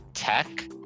tech